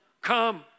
Come